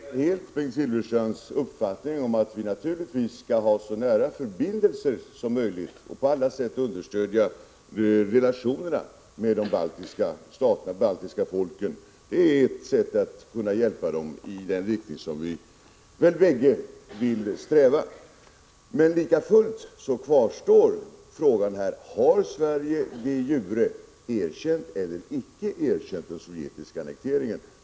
Herr talman! Jag delar helt Bengt Silfverstrands uppfattning att vi naturligtvis skall ha så nära förbindelser som möjligt och på alla sätt understödja relationerna med de baltiska folken. Det är ett sätt att kunna hjälpa dem i den riktning som vi väl bägge vill sträva i. Men likafullt kvarstår frågan: Har Sverige de jure erkänt eller icke erkänt den sovjetiska annekteringen?